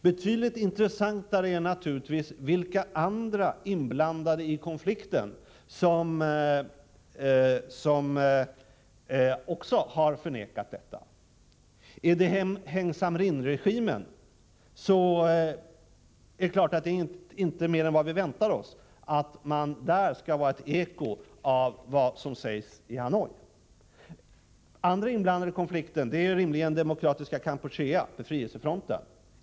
Betydligt intressantare är naturligtvis vilka andra inblandade i konflikten som också har förnekat detta. Är det Heng Samrin-regimen är det klart att det inte är mer än vad vi väntar oss — att den skall vara ett eko av vad som sägs i Hanoi. En andra inblandad i konflikten är rimligen Demokratiska Kampuchea, befrielsefronten.